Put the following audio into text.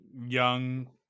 young